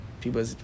people